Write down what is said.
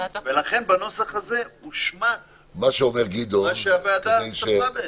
לכן בנוסח הזה הושמט מה שהוועדה הזאת קבעה בעצם.